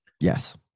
Yes